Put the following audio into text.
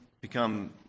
become